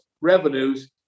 revenues